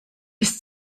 ist